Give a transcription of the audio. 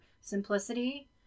simplicity